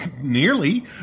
Nearly